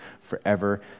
forever